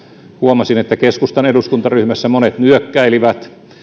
huomasin että keskustan eduskuntaryhmässä monet nyökkäilivät